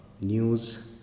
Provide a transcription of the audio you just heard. news